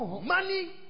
Money